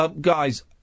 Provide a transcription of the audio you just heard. guys